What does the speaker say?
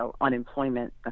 unemployment